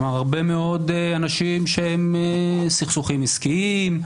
הרבה מאוד אנשים בסכסוכים עסקיים,